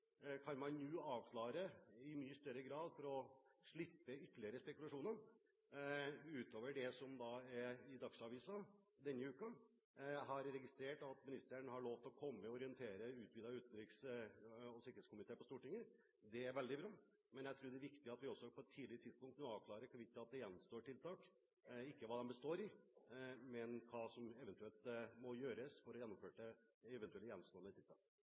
Kan man nå avklare i mye større grad for å slippe ytterligere spekulasjoner utover det som står i Dagsavisen denne uken? Jeg har registrert at ministeren har lovet å komme og orientere den utvidede utenrikskomiteen på Stortinget. Det er veldig bra, men jeg tror det er viktig at vi også på et tidlig tidspunkt nå avklarer hvorvidt det gjenstår tiltak – ikke hva de består i, men hva som eventuelt må gjøres for å få gjennomført eventuelle gjenstående